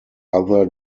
other